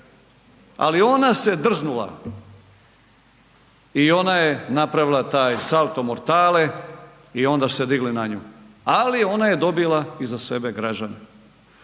ali ona se drznula i ona je napravila taj salto mortale i onda su se digli na nju. Ali ona je dobila iza sebe građane.